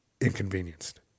inconvenienced